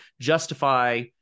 justify